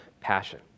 passion